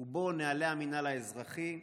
ובו נוהלי המינהל האזרחי.